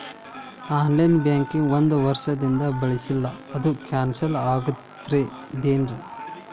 On line banking ಒಂದ್ ವರ್ಷದಿಂದ ಬಳಸಿಲ್ಲ ಅದು ಕ್ಯಾನ್ಸಲ್ ಆಗಿರ್ತದೇನ್ರಿ?